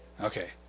Okay